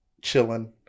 chilling